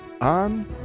on